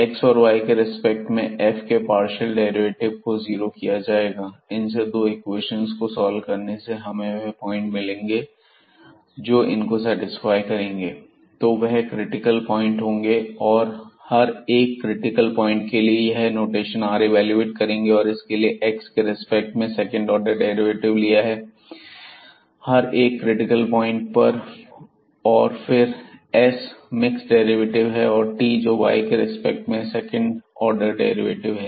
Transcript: x और y के respect में f के पार्शियल डेरिवेटिव को ज़ीरो किया जाएगा और इनको इन दो इक्वेशंस को सॉल्व करने से हमें वह पॉइंट मिलेंगे जो इनको सेटिस्फाई करेंगे तो वह क्रिटिकल पॉइंट होंगे और हर एक क्रिटिकल पॉइंट के लिए हम यह नोटेशन r इवेलुएट करेंगे और इसके लिए हमने x के रिस्पेक्ट में सेकंड ऑर्डर डेरिवेटिव लिया है हर एक क्रिटिकल पॉइंट पर और फिर s मिक्स डेरिवेटिव है और t जोकि y के रेस्पेक्ट में f का सेकंड ऑर्डर डेरिवेटिव है